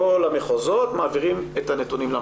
כל המחוזות מעבירים אליו את הנתונים.